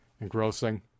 engrossing